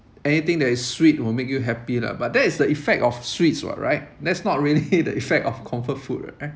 anything that is sweet will make you happy lah but that is the effect of sweets [what] right that's not really the effect of comfort food right